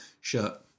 shirt